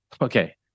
Okay